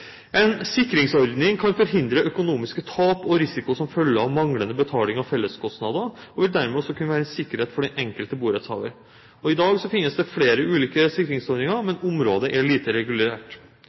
En sikringsordning kan forhindre økonomiske tap og risiko som følge av manglende betaling av felleskostnader, og vil dermed også kunne være en sikkerhet for den enkelte borettshaver. I dag finnes det flere ulike sikringsordninger, men området er lite regulert.